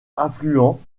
affluent